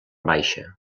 baixa